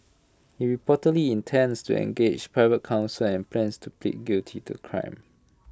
he reportedly intends to engage private counsel and plans to plead guilty to crime